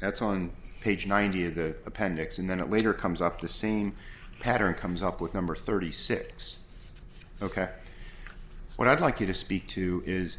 that's on page ninety of the appendix and then it later comes up the same pattern comes up with number thirty six ok what i'd like you to speak to is